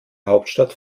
hauptstadt